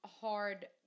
hard